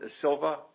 Silva